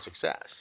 success